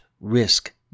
risk